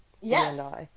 Yes